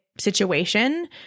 situation